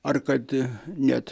ar kad net